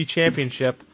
Championship